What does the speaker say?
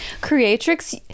Creatrix